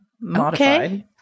Modified